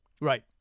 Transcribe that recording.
Right